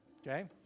Okay